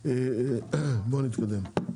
בוא נתקדם.